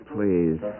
Please